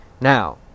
Now